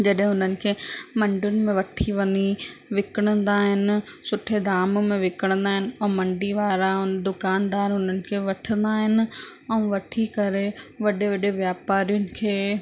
जॾहिं हुननि खे मंडियुनि में वठी वञी विकिणंदा आहिनि सुठे दाम में विकिणंदा आहिनि ऐं मंडी वारा दुकानदार हुननि खे वठंदा आहिनि ऐं वठी करे वॾे वॾे व्यापारी खे